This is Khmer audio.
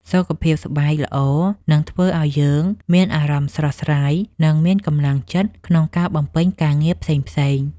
សុខភាពស្បែកល្អនឹងធ្វើឱ្យយើងមានអារម្មណ៍ស្រស់ស្រាយ និងមានកម្លាំងចិត្តក្នុងការបំពេញការងារផ្សេងៗ។